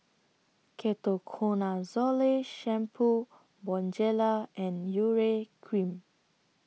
Ketoconazole Shampoo Bonjela and Urea Cream